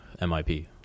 MIP